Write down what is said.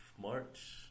March